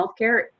healthcare